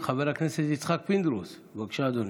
חבר הכנסת יצחק פינדרוס, בבקשה, אדוני.